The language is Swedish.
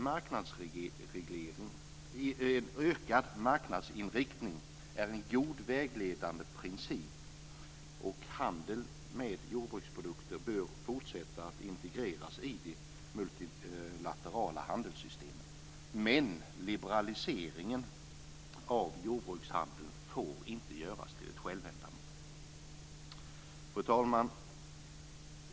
En ökad marknadsinriktning är en god vägledande princip, och handel med jordbruksprodukter bör fortsätta att integreras i de multilaterala handelssystemen. Men liberaliseringen av jordbrukshandeln får inte göras till ett självändamål. Fru talman!